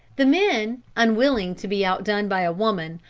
the men, unwilling to be outdone by a woman,